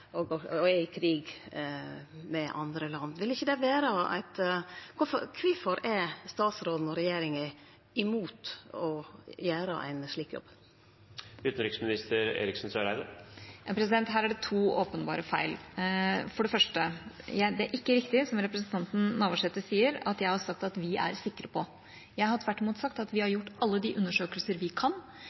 og brukast av land som krenkjer menneskerettar og er i krig med andre land? Kvifor er statsråden og regjeringa imot å gjere ein slik jobb? Her er det to åpenbare feil. For det første er det ikke riktig som representanten Navarsete sier, at jeg har sagt av vi er sikre på. Jeg har tvert imot sagt at vi har gjort alle de undersøkelser vi kan.